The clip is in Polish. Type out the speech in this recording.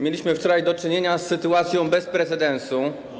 Mieliśmy wczoraj do czynienia z sytuacją bez precedensu.